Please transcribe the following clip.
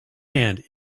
hand